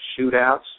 shootouts